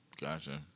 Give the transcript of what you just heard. Gotcha